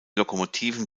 lokomotiven